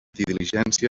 diligència